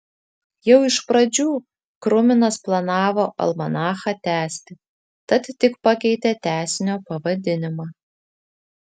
jau iš pradžių kruminas planavo almanachą tęsti tad tik pakeitė tęsinio pavadinimą